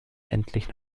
endlich